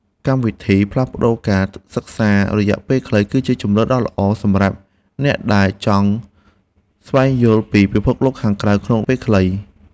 កម្មវិធីផ្លាស់ប្តូរការសិក្សារយៈពេលខ្លីគឺជាជម្រើសដ៏ល្អសម្រាប់អ្នកដែលចង់ស្វែងយល់ពីពិភពខាងក្រៅក្នុងពេលខ្លី។